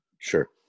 Sure